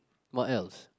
what else